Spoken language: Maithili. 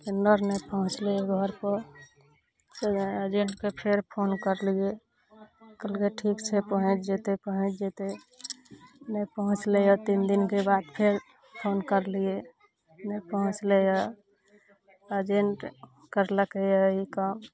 सिलिण्डर नहि पहुँचल अइ घरपर तै दुआरे एजेंटके फेर फोन करलियै कहलकइ ठीक छै पहुँच जेतय पहुँच जेतय नहि पहुँचलैये तीन दिनके बाद फेर फोन करलियै नहि पहुँचलैये एजेंट करलकइ अइ ई काम